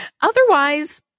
Otherwise